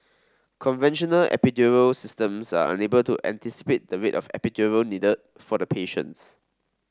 conventional epidural systems are unable to anticipate the rate of epidural needed for the patients